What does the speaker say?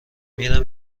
میریم